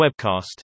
webcast